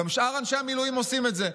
גם שאר אנשי המילואים עושים את זה,